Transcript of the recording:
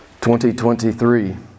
2023